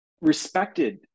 respected